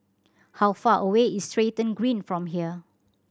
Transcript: how far away is Stratton Green from here